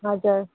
हजुर